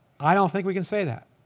i don't think we can say that